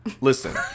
Listen